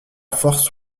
fort